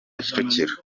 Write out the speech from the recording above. kicukiro